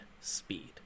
speed